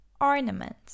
Ornament